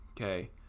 okay